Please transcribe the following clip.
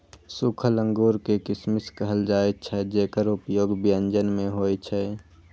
सूखल अंगूर कें किशमिश कहल जाइ छै, जेकर उपयोग व्यंजन मे होइ छै